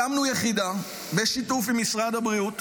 רופאים הקמנו יחידה, בשיתוף עם משרד הבריאות,